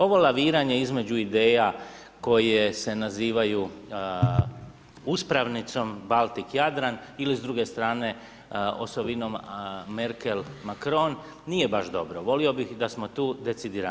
Ovo laviranje između ideja koje se nazivaju uspravnicom Baltik-Jadran ili s druge strane osovinom Merkel-Macron nije baš dobro, volio bih da smo tu decidiraniji.